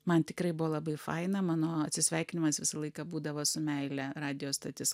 man tikrai buvo labai faina mano atsisveikinimas visą laiką būdavo su meile radijo stotis